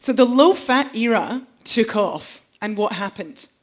so the low-fat era took off, and what happened?